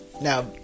Now